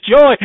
joy